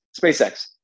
SpaceX